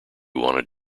wanted